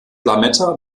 lametta